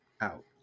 out